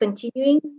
continuing